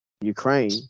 Ukraine